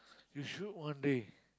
you should one day